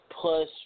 Plus